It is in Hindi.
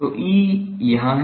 तो ई यहां है